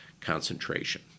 concentration